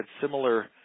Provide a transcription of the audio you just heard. similar